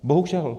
Bohužel.